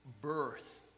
Birth